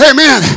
Amen